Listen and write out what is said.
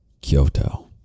Kyoto